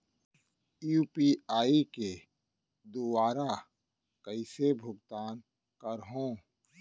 UPI के दुवारा कइसे भुगतान करहों?